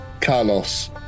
Carlos